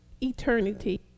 eternity